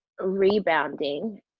rebounding